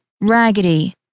raggedy